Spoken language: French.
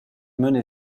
mené